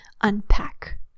unpack